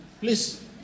please